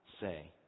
say